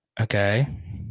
Okay